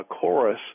Chorus